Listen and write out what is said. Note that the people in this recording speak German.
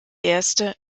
erste